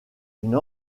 une